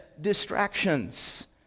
distractions